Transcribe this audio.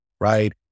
right